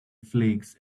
flakes